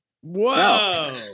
Whoa